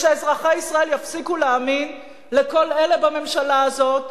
ושאזרחי ישראל יפסיקו להאמין לכל אלה בממשלה הזאת